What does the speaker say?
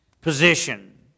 position